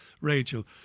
Rachel